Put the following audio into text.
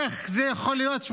איך זה יכול להיות?